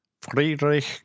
Friedrich